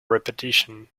repetition